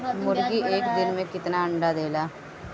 मुर्गी एक दिन मे कितना अंडा देला?